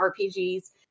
RPGs